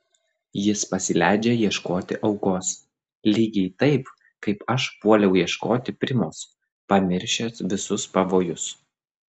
jis pasileidžia ieškoti aukos lygiai taip kaip aš puoliau ieškoti primos pamiršęs visus pavojus